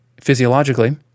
physiologically